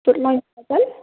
good morning